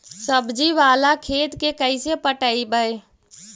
सब्जी बाला खेत के कैसे पटइबै?